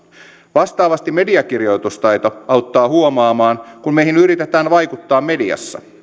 vastaavasti mediakirjoitustaito auttaa huomaamaan kun meihin yritetään vaikuttaa mediassa